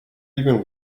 even